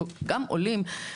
גם עולים,